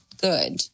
good